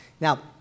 Now